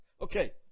Okay